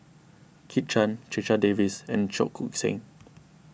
Kit Chan Checha Davies and Cheong Koon Seng